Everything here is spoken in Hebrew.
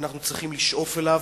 ואנחנו צריכים לשאוף אליו.